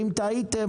אם טעיתם,